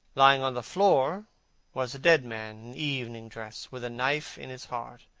lying on the floor was a dead man, in evening dress, with a knife in his heart.